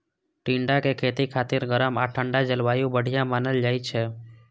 टिंडाक खेती खातिर गरम आ ठंढा जलवायु बढ़िया मानल जाइ छै